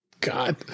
God